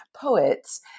poets